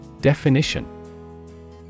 Definition